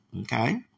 Okay